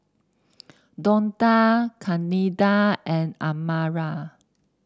Donta Candida and Amara